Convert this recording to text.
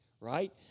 Right